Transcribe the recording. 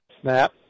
Snap